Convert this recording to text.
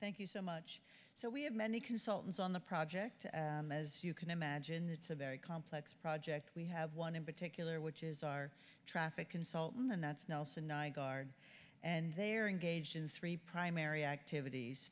thank you so much so we have many consultants on the project as you can imagine it's a very complex project we have one in particular which is our traffic consultant and that's now also nygaard and they are engaged in three primary activities